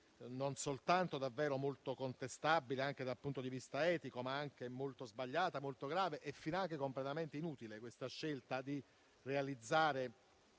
non soltanto davvero molto contestabile anche dal punto di vista etico, ma anche molto sbagliata, molto grave e finanche completamente inutile questa scelta di realizzare